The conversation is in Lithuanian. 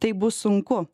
tai bus sunku